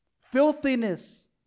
filthiness